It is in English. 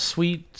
Sweet